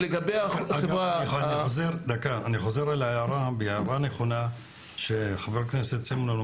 אני חוזר להערה הנכונה של חבר הכנסת סימון.